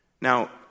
Now